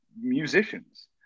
musicians